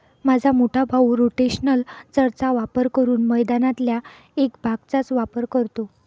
माझा मोठा भाऊ रोटेशनल चर चा वापर करून मैदानातल्या एक भागचाच वापर करतो